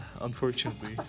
unfortunately